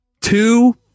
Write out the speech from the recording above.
two